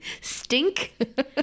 stink